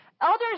Elders